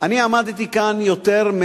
אני עמדתי כאן יותר,